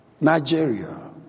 Nigeria